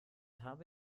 habe